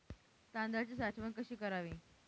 तांदळाची साठवण कशी करावी?